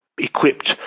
Equipped